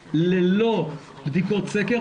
החיוביות ללא בדיקות סקר,